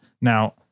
Now